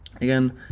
Again